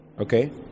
okay